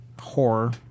horror